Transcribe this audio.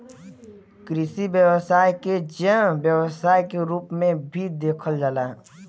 कृषि व्यवसाय क जैव व्यवसाय के रूप में भी देखल जाला